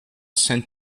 sent